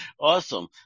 Awesome